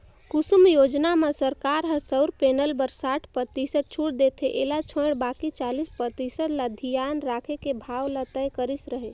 कुसुम योजना म सरकार ह सउर पेनल बर साठ परतिसत छूट देथे एला छोयड़ बाकि चालीस परतिसत ल धियान राखके भाव ल तय करिस हे